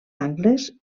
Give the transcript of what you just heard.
angles